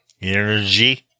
Energy